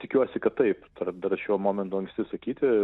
tikiuosi kad taip dar dar šiuo momentu anksti sakyti